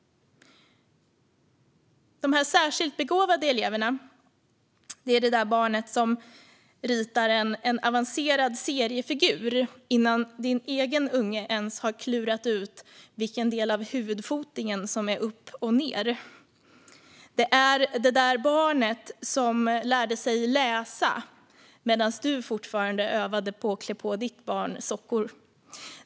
De särskilt begåvade eleverna är det där barnet som ritar en avancerad seriefigur innan din egen unge ens har klurat ut vilken del av huvudfotingen som är upp eller ned. De är det där barnet som lärde sig läsa medan du fortfarande övade med ditt barn att klä på sig sockor.